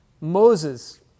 Moses